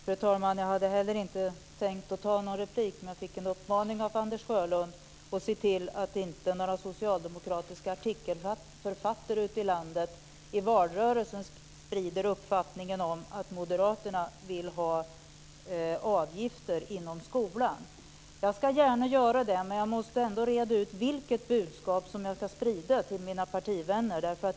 Fru talman! Inte heller jag hade tänkt att ta någon replik, men jag fick en uppmaning av Anders Sjölund att se till att inte några socialdemokratiska artikelförfattare ute i landet i valrörelsen sprider uppfattningen att Moderaterna vill ha avgifter inom skolan. Jag ska gärna göra det. Men jag måste ändå reda ut vilket budskap som jag ska sprida till mina partivänner.